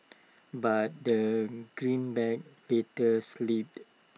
but the greenback later slipped